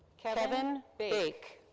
kelvin baik.